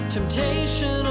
Temptation